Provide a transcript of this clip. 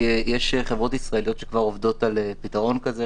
שיש חברות ישראליות שכבר עובדות על פתרון כזה,